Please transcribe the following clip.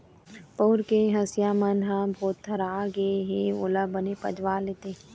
पउर के हँसिया मन ह भोथरा गे हे ओला बने पजवा लेते